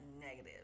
negative